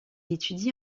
étudie